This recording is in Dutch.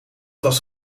was